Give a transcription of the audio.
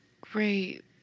Great